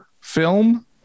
film